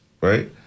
Right